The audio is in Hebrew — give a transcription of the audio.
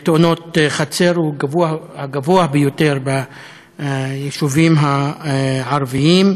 בתאונות חצר הוא הגבוה ביותר ביישובים הערביים,